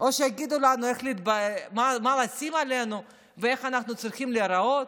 או שיגידו לנו מה לשים עלינו ואיך אנחנו צריכות להראות.